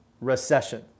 Recession